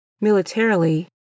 militarily